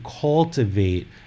cultivate